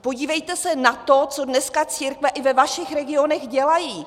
Podívejte se na to, co dneska církve i ve vašich regionech dělají.